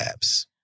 apps